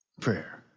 prayer